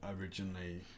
originally